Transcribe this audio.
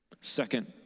Second